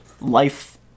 life